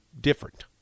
different